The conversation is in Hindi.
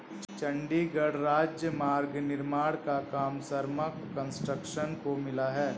चंडीगढ़ राजमार्ग निर्माण का काम शर्मा कंस्ट्रक्शंस को मिला है